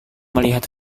melihat